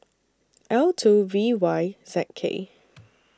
L two V Y Z K